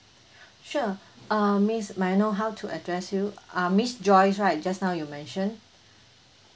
sure err miss may I know how to address you ah miss joyce right just now you mentioned